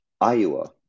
Iowa